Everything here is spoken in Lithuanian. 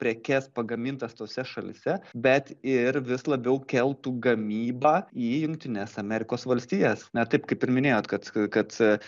prekes pagamintas tose šalyse bet ir vis labiau keltų gamybą į jungtines amerikos valstijas ne taip kaip ir minėjot kad kad